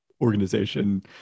organization